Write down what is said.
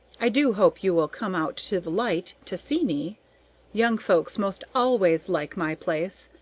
i do hope you will come out to the light to see me young folks most always like my place.